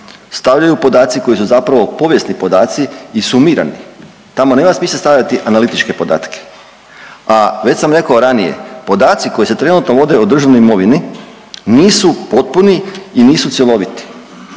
stavljaju podaci koji su zapravo povijesni podaci i sumirani. Tamo nema smisla stavljati analitičke podatke. A već sam rekao ranije podaci koji se trenutno vode o državnoj imovini nisu potpuni i nisu cjeloviti